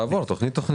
תעבור על כל תוכנית.